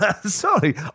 sorry